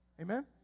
Amen